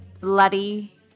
Bloody